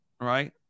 right